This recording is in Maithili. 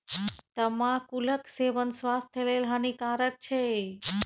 तमाकुलक सेवन स्वास्थ्य लेल हानिकारक छै